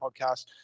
Podcast